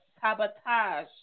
sabotage